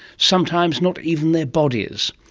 sometimes not even their bodies.